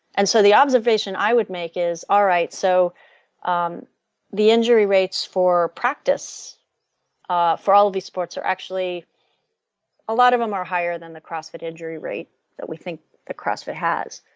and so the observation i would make is all right, so um the injury rates for practice ah for all of these sports are actually a lot of them are higher than the crossfit injury rate that we think that crossfit has.